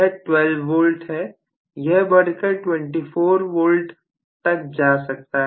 यह 12 वोल्ट है यह बढ़कर 24 वोल्ट तक जा सकता है